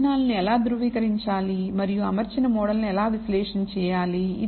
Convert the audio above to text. అంచనాలను ఎలా ధృవీకరించాలి మరియు అమర్చిన మోడల్ ను ఎలా విశ్లేషణ చేయాలి